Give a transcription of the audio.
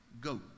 goat